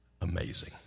amazing